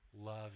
Love